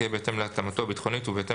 תהיה בהתאם להתאמתו הביטחונית ובהתאם